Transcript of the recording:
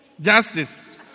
Justice